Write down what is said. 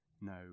no